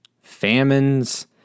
famines